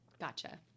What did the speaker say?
Gotcha